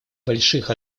больших